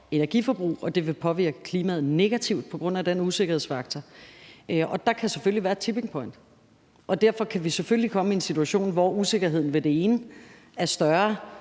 energiforbrug, og at det vil påvirke klimaet negativt på grund af den usikkerhedsfaktor. Der kan selvfølgelig være et tipping point, og derfor kan vi selvfølgelig komme i en situation, hvor usikkerheden ved det ene scenarie